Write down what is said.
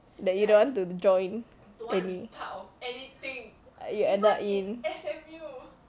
that you don't want to join any you ended in